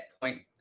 point